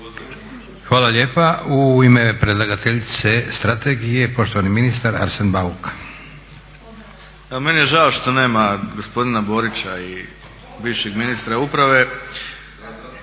Hvala lijepa. U ime predlagateljice strategije poštovani ministar Arsen Bauk. **Bauk, Arsen (SDP)** Meni je žao što nema gospodina Borića i bivšeg ministra uprave.